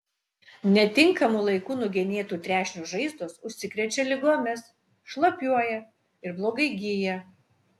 netinkamu laiku nugenėtų trešnių žaizdos užsikrečia ligomis šlapiuoja ir blogai gyja